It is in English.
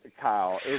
Kyle